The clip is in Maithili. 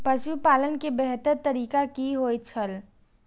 पशुपालन के बेहतर तरीका की होय छल?